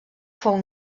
fou